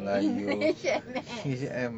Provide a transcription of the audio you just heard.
english and maths